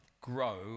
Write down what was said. grow